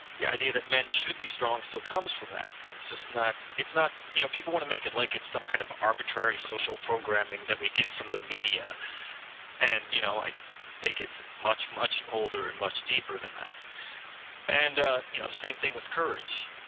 the idea that men should be strong, so comes from that, it's that, it's not you know people want to make it like, it's some kind of arbitrary social programming that we get from the media and you know i think it's much, much older and much deeper than that and ah you know same thing with courage.